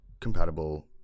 compatible